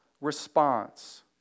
response